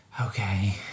Okay